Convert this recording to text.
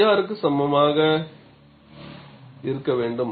G R க்கு சமமாக இருக்க வேண்டும்